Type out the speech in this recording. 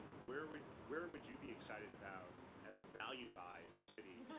where would where would you be excited about as a value buy in the city?